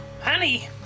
Honey